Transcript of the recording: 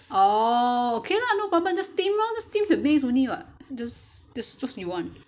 !ow! okay lah no problem just steam lor just steam with the maize only [what] just just cause you want